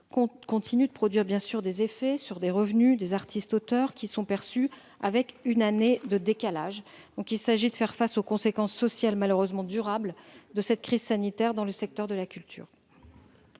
continue de produire des effets sur les revenus des artistes et auteurs, lesquels sont perçus avec une année de décalage. Il s'agit donc de faire face aux conséquences sociales, malheureusement durables, de la crise sanitaire dans le secteur de la culture.